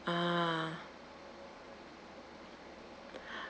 ah